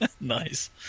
Nice